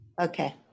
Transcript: Okay